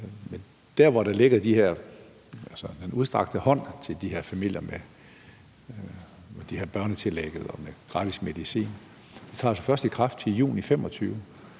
som var forskellige aftaler. Den udstrakte hånd til de her familier med børnetillægget og gratis medicin træder altså først i kraft juni 2025,